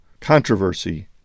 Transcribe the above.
controversy